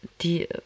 Die